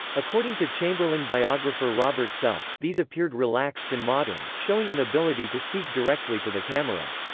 according to chamberlain biographer robert self, these appeared relaxed and modern, showing an ability to speak directly to the camera.